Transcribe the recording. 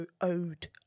owed